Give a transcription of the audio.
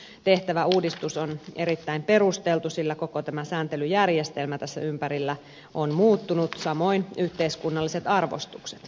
nyt tehtävä uudistus on erittäin perusteltu sillä koko tämä sääntelyjärjestelmä tässä ympärillä on muuttunut samoin yhteiskunnalliset arvostukset